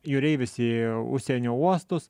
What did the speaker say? jūreivis į užsienio uostus